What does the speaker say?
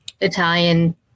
Italian